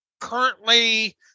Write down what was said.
currently